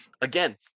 again